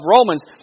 Romans